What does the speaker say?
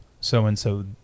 so-and-so